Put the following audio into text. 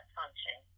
function